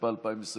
התשפ"א 2021,